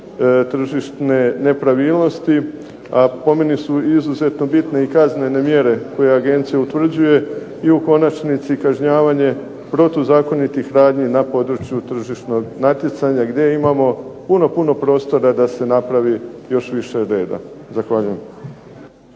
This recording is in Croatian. tržišne nepravilnosti, a po meni su izuzetno bitne i kaznene mjere koje agencija utvrđuje i u konačnici kažnjavanje protuzakonitih radnji na području tržišnog natjecanja gdje imamo puno, puno prostora da se napravi još više reda. Zahvaljujem.